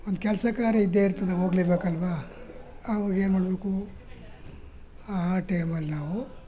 ಒಂದು ಕೆಲಸ ಕಾರ್ಯ ಇದ್ದೇ ಇರ್ತದೆ ಹೋಗ್ಲೆ ಬೇಕಲ್ವ ಅವಾಗ ಏನ್ಮಾಡಬೇಕು ಆ ಟೈಮಲ್ಲಿ ನಾವು